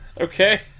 Okay